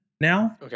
now